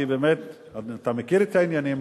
כי אתה מכיר את העניינים,